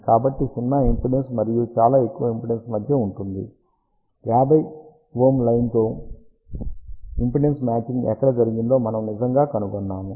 కాబట్టి సున్నా ఇంపిడెన్స్ మరియు చాలా ఎక్కువ ఇంపెడెన్స్ మధ్య ఉంటుంది 50Ω లైన్తో ఇంపిడెన్స్ మ్యాచింగ్ ఎక్కడ జరిగిందో మనము నిజంగా కనుగొన్నాము